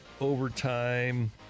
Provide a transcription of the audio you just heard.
overtime